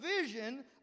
vision